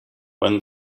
when